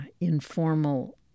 informal